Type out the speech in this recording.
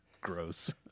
Gross